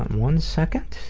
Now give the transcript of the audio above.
one second.